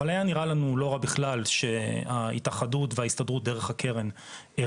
אבל היה נראה לנו לא רע בכלל שההתאחדות וההסתדרות דרך הקרן הרימו.